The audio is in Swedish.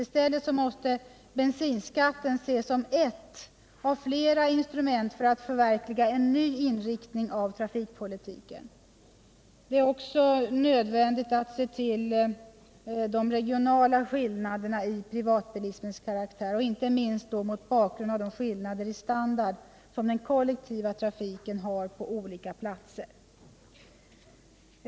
I stället måste bensinskatten ses som ett av flera instrument för att förverkliga en ny inriktning av trafikpolitiken. Det är då också nödvändigt att beakta regionala skillnader i privatbilismens karaktär, inte minst mot bakgrund av de skillnader i standard som den kollektiva trafiken har på olika platser.